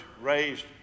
raised